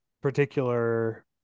particular